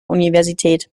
universität